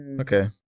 Okay